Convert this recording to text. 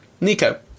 Nico